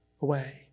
away